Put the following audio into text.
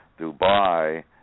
Dubai